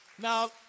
Now